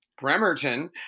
Bremerton